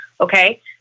Okay